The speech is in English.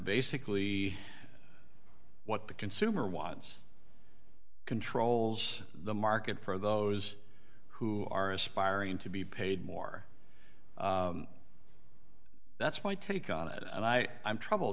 basically what the consumer wants controls the market for those who are aspiring to be paid more that's my take on it and i am trouble